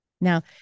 Now